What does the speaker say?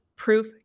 Proof